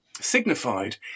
signified